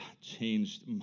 Changed